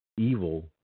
evil